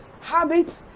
Habits